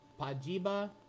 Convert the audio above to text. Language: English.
Pajiba